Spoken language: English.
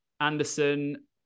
Anderson